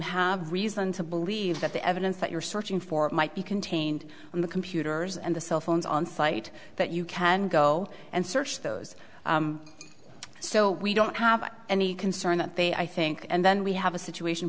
have reason to believe that the evidence that you're searching for might be contained in the computers and the cell phones on site that you can go and search those so we don't have any concern that they i think and then we have a situation